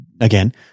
again